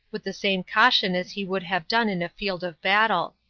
with the same caution as he would have done in a field of battle.